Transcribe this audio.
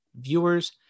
viewers